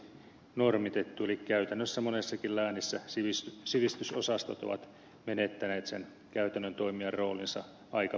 eli käytännössä monessakin läänissä sivistysosastot ovat menettäneet sen käytännön toimijan roolinsa aika perusteellisesti